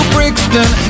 Brixton